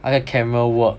那个 camera work